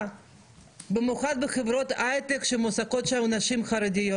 במיוחד בחברות הייטק שמועסקות שם נשים חרדיות.